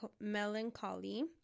melancholy